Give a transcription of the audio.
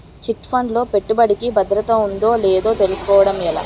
Chit fund లో పెట్టుబడికి భద్రత ఉందో లేదో తెలుసుకోవటం ఎలా?